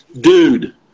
Dude